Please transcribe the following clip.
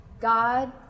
God